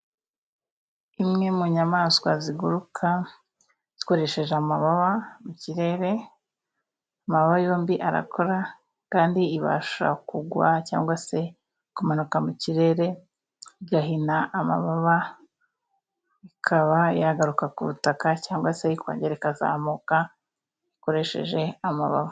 Imwe mu nyamaswa ziguruka zikoresheje amababa mu kirere, amababa yombi arakora kandi ibasha kugwa cyangwa se kumanuka mu kirere igahina amababa ikaba yagaruka ku butaka cyangwa se ikongera ikazamuka ikoresheje amababa.